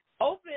open